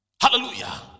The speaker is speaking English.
hallelujah